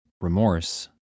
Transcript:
remorse